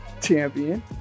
Champion